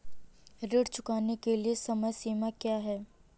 ऋण चुकाने की समय सीमा क्या है?